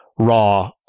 raw